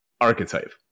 archetype